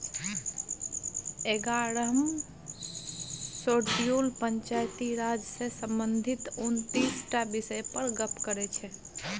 एगारहम शेड्यूल पंचायती राज सँ संबंधित उनतीस टा बिषय पर गप्प करै छै